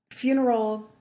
funeral